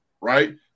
right